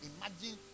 Imagine